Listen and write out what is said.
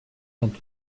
vingt